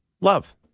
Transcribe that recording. love